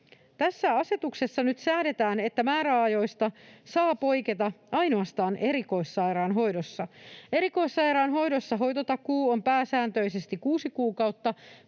Tässä asetuksessa nyt säädetään, että määräajoista saa poiketa ainoastaan erikoissairaanhoidossa. Erikoissairaanhoidossa hoitotakuu on pääsääntöisesti kuusi kuukautta